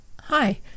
Hi